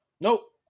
Nope